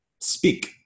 speak